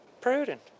Prudent